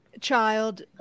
child